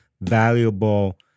Valuable